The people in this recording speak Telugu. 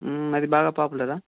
అది బాగా పాపులరా